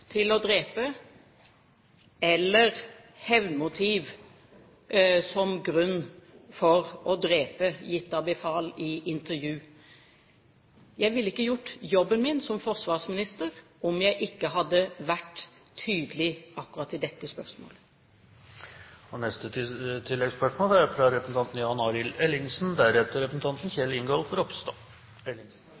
til å drepe eller hevnmotiv som grunn for å drepe gitt av befal i intervju. Jeg ville ikke ha gjort jobben min som forsvarsminister om jeg ikke hadde vært tydelig akkurat i dette spørsmålet.